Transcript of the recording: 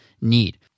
need